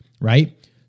right